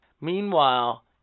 Meanwhile